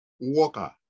worker